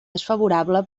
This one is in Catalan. desfavorable